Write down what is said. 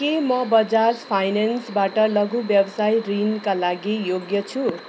के म बजाज फाइनेन्सबाट लघु व्यवसाय ऋणका लागि योग्य छु